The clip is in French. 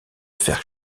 faire